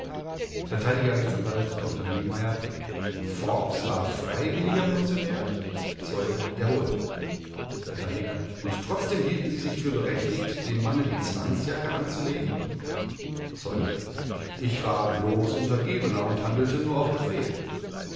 vert r a dr niemeyer forbes war freiwilliger pensionär zeuge jawohl vert und trotzdem hielten sie sich für berechtigt dem manne die zwangsjacke anzulegen zeuge ich war bloß untergebener und handelte nur auf befehl